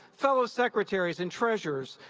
fellow secretaries and treasurers,